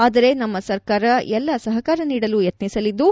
ಆದರೆ ನಮ್ಮ ಸರ್ಕಾರ ಎಲ್ಲ ಸಹಕಾರ ನೀಡಲು ಯತ್ನಿಸಲಿದ್ದು